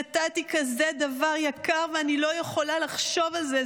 נתתי כזה דבר יקר, ואני לא יכולה לחשוב על זה.